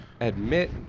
admit